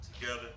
together